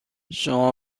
شما